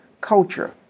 culture